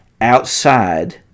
outside